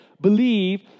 believe